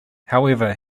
however